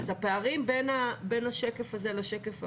זאת אומרת, הפערים בין השקף הזה לשקף הבא,